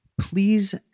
please